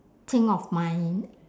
think of my